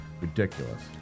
Ridiculous